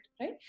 right